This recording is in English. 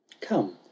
come